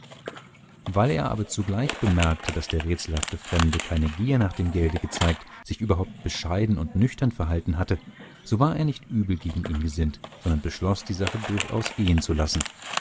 weil er aber zugleich bemerkte daß der rätselhafte fremde keine gier nach dem gelde gezeigt sich überhaupt bescheiden und nüchtern verhalten hatte so war er nicht übel gegen ihn gesinnt sondern beschloß die sache durchaus gehen zu lassen